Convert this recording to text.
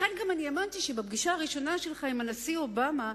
לכן האמנתי שבפגישה הראשונה שלך עם הנשיא אובמה,